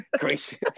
gracious